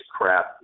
crap